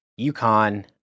UConn